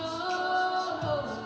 oh